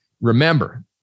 Remember